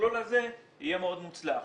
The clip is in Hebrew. המכלול הזה יהיה מאוד מוצלח.